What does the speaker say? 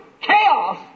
chaos